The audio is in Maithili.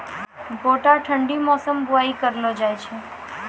गोटा ठंडी मौसम बुवाई करऽ लो जा?